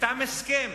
נחתם הסכם